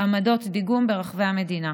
עמדות דיגום ברחבי המדינה.